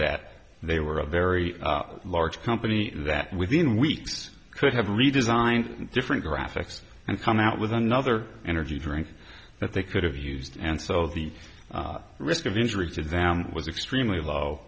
that they were a very large company that within weeks could have redesigned different graphics and come out with another energy drink that they could have used and so the risk of injuries to them was extremely low